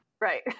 right